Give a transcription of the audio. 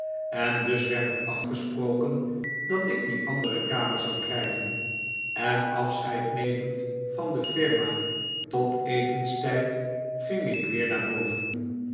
en dus werd er afgesproken dat ik die andere kamer zou krijgen en afscheid nemend van de firma tot etenstijd ging ik weer naar boven